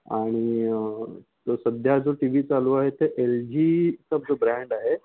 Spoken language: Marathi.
आणि जो सध्या जो टी वी चालू आहे ते एल जी चा जो ब्रांड आहे